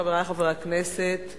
חברי חברי הכנסת,